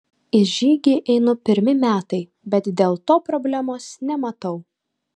į žygį einu pirmi metai bet dėl to problemos nematau